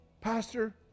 Pastor